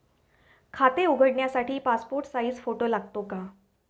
खाते उघडण्यासाठी passport size photo लागतो का?